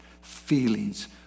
feelings